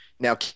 Now